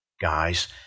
guys